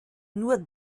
nur